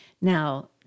Now